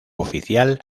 oficial